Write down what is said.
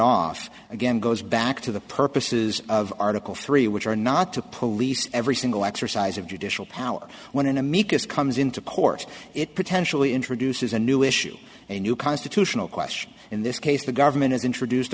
off again goes back to the purposes of article three which are not to police every single exercise of judicial power when an amicus comes into court it potentially introduces a new issue a new constitutional question in this case the government has introduced